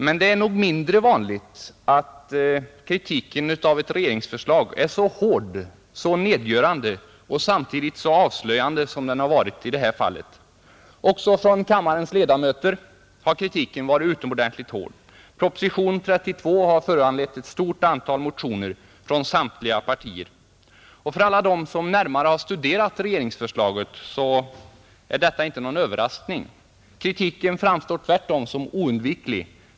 Men det är nog mindre vanligt att kritiken av ett regeringsförslag är så hård, så nedgörande och samtidigt så avslöjande som den varit i det här fallet. Också från kammarens ledamöter har kritiken varit utomordentligt hård. Proposition nr 32 har föranlett ett stort antal motioner från samtliga partier, För alla dem som studerat regeringsförslaget är detta inte någon överraskning, Kritiken framstår tvärtom som oundviklig.